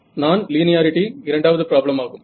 மற்றும் non linearity இரண்டாவது problem ஆகும்